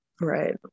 right